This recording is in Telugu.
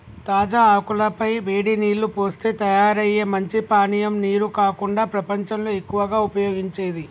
తాజా ఆకుల పై వేడి నీల్లు పోస్తే తయారయ్యే మంచి పానీయం నీరు కాకుండా ప్రపంచంలో ఎక్కువగా ఉపయోగించేది